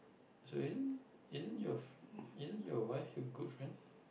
so isn't isn't your f~ wife your good friend